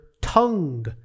tongue